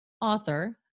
author